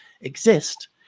exist